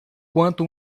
quanto